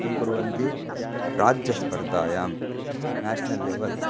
किं कुर्वन्ति राज्यस्पर्धायां नेषनल् लेवल्